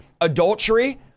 Adultery